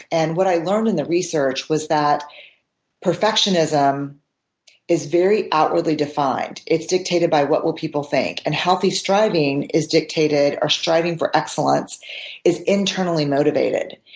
and what i learned in the research was that perfectionism is very outwardly defined. it's dictated by what will people think? and healthy striving is dictated or striving for excellence is internally motivated.